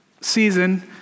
season